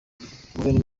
guverinoma